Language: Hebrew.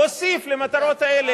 הוסיף למטרות האלה,